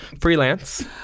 freelance